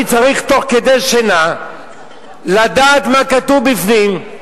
אני צריך תוך כדי שינה לדעת מה כתוב בפנים,